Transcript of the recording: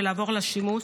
ולעבור לשימוש